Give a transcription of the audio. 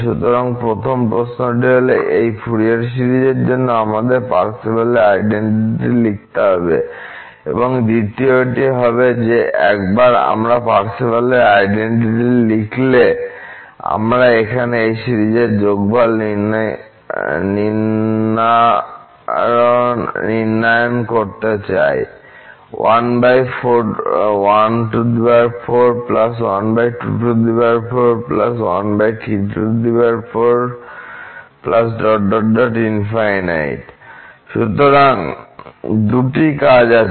সুতরাং প্রথম প্রশ্নটি হল এই ফুরিয়ার সিরিজের জন্য আমাদের পার্সেভালের আইডেনটিটি লিখতে হবে এবং দ্বিতীয়টি হবে যে একবার আমরা পার্সেভালের আইডেনটিটি লিখলে আমরা এখানে এই সিরিজের যোগফল নির্ধারণ করতে চাই সুতরাং দুটি কাজ আছে